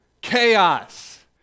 chaos